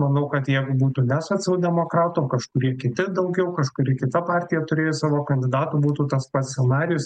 manau kad jeigu būtų ne socialdemokratai o kažkurie kiti daugiau kažkuri kita partija turėjus savo kandidatų būtų tas pats scenarijus